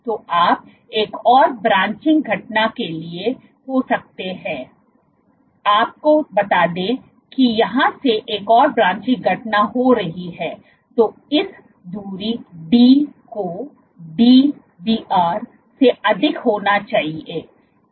तो आप एक और ब्रांचिंग घटना के लिए हो सकते हैं आपको बता दें कि यहां से एक और ब्रांचिंग घटना हो रही है तो इस दूरी डी को Dbr से अधिक होना चाहिएब्र